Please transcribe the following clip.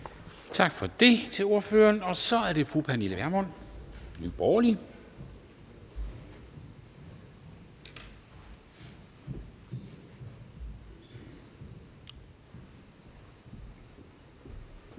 Tak til ordføreren for det. Så er det fru Pernille Vermund, Nye Borgerlige.